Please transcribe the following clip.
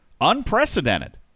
unprecedented